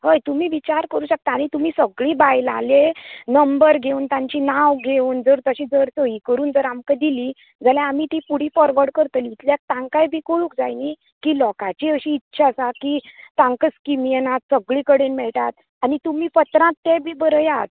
हय तुमी विचार करूं शकता आमी तुमीं सगळीं बायलांले नंबर घेवून तांचे नांव घेवून जर तशें तर सही करून जर आमकां दिल्ली जाल्यार आमी तीं फुडे फाॅरवड करतलीं कित्याक तांकांय बी कळूंक जाय न्हीं की लोकांची बी अशीं इच्छा आसा तांकां स्किमी ना सगळे कडेन मेळटात आनी तुमीं पत्रांत तें बी बरयात